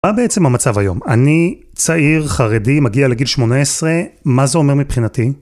מה בעצם המצב היום? אני צעיר חרדי, מגיע לגיל 18, מה זה אומר מבחינתי?